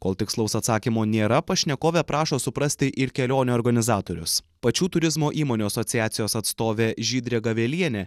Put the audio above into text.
kol tikslaus atsakymo nėra pašnekovė prašo suprasti ir kelionių organizatorius pačių turizmo įmonių asociacijos atstovė žydrė gavelienė